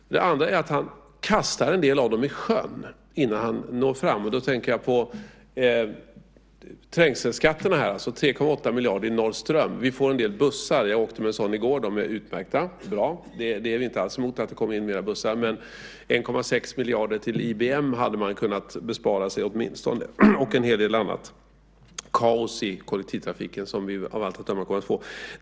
För det andra kastar han en del av dem i sjön innan han når fram, och då tänker jag på trängselskatterna, alltså 3,8 miljarder direkt i Norrström. Det kommer att bli några fler bussar. Jag åkte med en av dem i går. De är utmärkta och bra. Vi är inte alls emot att det blir fler bussar. Men 1,6 miljarder till IBM hade man åtminstone kunnat bespara sig och en hel del annat, till exempel det kaos i kollektivtrafiken som av allt att döma kommer att uppstå.